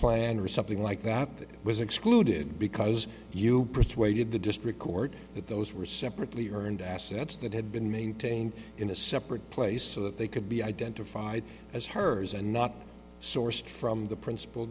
plan or something like that that was excluded because you persuaded the district court that those were separately earned assets that had been maintained in a separate place so that they could be identified as hers and not sourced from the principal